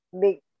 big